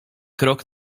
krok